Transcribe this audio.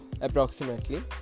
approximately